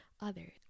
others